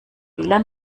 lan